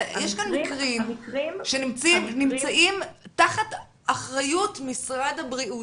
יש כאן מקרים שנמצאים תחת אחריות משרד הבריאות,